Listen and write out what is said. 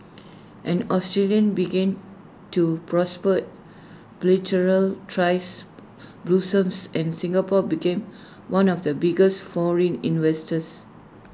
an Australia began to prosper bilateral tries blossomed and Singapore became one of the biggest foreign investors